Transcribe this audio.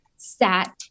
sat